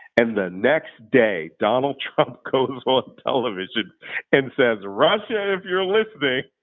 and the next day, donald trump goes on television and says, russia, if you're listening,